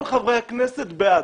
כל חברי הכנסת בעד.